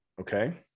okay